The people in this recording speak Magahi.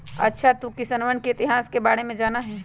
अच्छा तू सिक्कवन के इतिहास के बारे में जाना हीं?